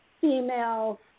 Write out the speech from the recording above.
female